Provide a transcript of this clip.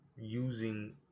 using